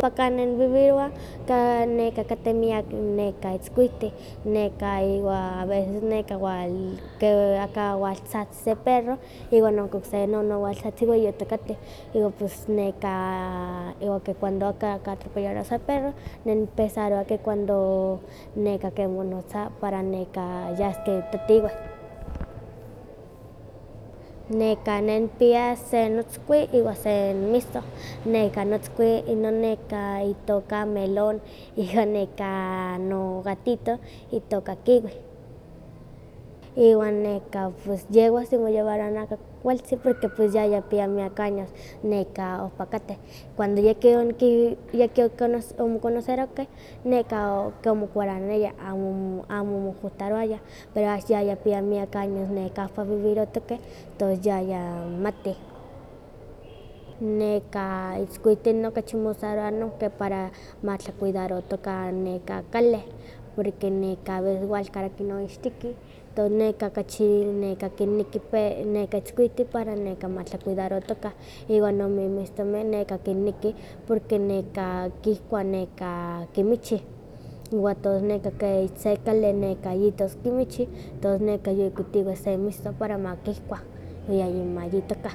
Poka kan ne nivivirowa kateh miak neka itzkuihtih, neka iwa a veces neka ke aka wal tzahtzi se perro iwan nonka okse non no waltzatzi iwa yotokati, iwa pues neka iwa ke cuando aka katropellarowa se perro, ne nipensarowa ke cuando neka ke monotza para neka yaske kitatiweh. Neka ne nikpia senotzkui iwa se nomiston. Notzkui inon neka itoka melón, iwan neka no gatito itoka kiwi. Iwan neka pues yewa simollevarowa kualtzi porque pues yaya kipia miak años, neka ompa kateh, cuando yaki oniki- yaki omoconocerohkeh neka ke omokualaniaya, amo mojuntarowayah, pero axan ya yihpia miak años neka ompa vivirohtokeh tos yaya matih. Nekah itzkuintih okachi mosarowa no para matlacuidarohtokah neka cale, porque neka a ves walkalaki no ichtikih, tos neka kachi kena kiniki pe- neka itzkuinti para neka ma tlacuidarohtoka iwan non mimistomeh neka kinniki porque neka kihkua neka kimichi, iwa tos neka ke ich se kali neka yitos kimichi tos neka yikuitiwih se miston para ma kihkua, wan yayi mayitokah.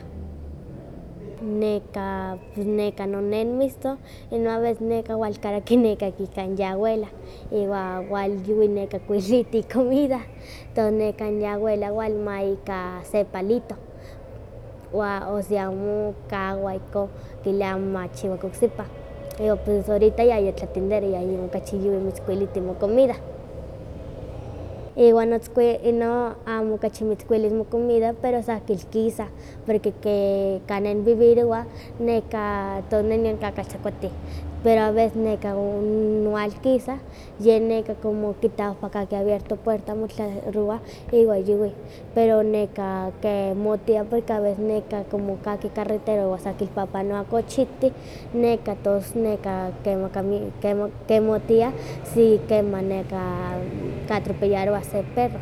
Neka pues neka no ne omiston ino aveces neka walkalaki neka ika kan iawelah, iwa walyuwi neka kuiliti icomida, tos neka ya awela wal maka ika se palito, wa orsí mokahwa ihkon kilia amo ihkon ma kichiwa oksipa, pero pues orita yayitlaentendero yayuwi kachi mitzkuuiliti mocomida. Iwan notzkui inon amo kachi mitzkuilis mocomida pero sah kilkisah, porque ke kan ne nivivirowa nekah, tos ne nion nikakaltzakuatih, pero a veces neka nwalkisa yeh nekan como kitah ompa kahki abierto puerta motlalowah iwan yuwih, pero nekah kimohtia porque a veces neka como kahki carretera wan sakilpapanowah cochihtih neka tos neka kemaka kemohtiah si kema katropellarowa se perro.